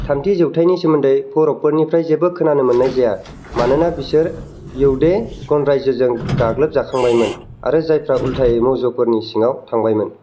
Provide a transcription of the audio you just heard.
थामथि जौथाइनि सोमोन्दै पौरबफोरनिफ्राय जेबो खोनानो मोननाय जाया मानोना बिसोर यौधे गन'राज्योजों गाग्लोब जाखांबायमोन आरो जायफोरा उल्थायै मौर्य'फोरनि सिङाव थांबायमोन